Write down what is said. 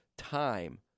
time